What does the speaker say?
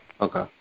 Okay